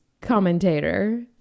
commentator